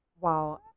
Wow